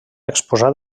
exposat